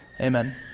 Amen